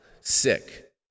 Sick